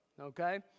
Okay